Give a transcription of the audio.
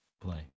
play